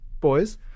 boys